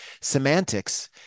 semantics